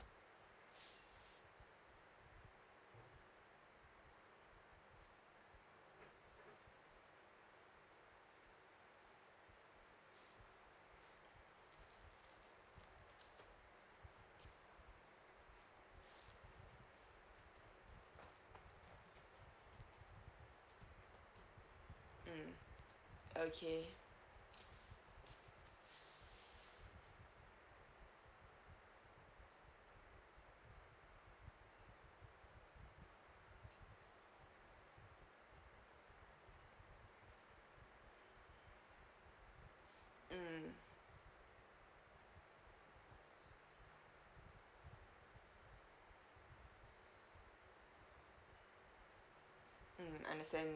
mm okay mm I understand